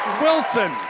wilson